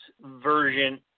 version